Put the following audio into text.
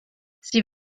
sie